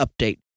update